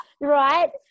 Right